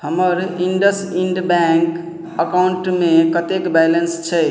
हमर IndusInd bank अकाउंटमे कतेक बैलेंस छै